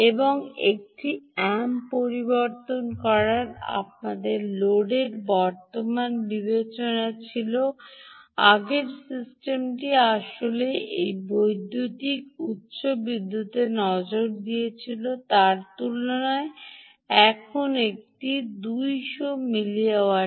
এবং একটি অ্যাম্প পরিবর্তন করা আমাদের লোডের বর্তমান বিবেচনা ছিল আগের সিস্টেমটি আসলে যে উচ্চ বিদ্যুতের দিকে নজর দিয়েছিল তার তুলনায় এটি এখন 200 মিলি ওয়াট